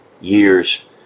years